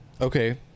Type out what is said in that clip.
Okay